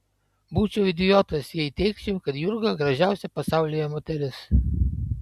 būčiau idiotas jei teigčiau kad jurga gražiausia pasaulyje moteris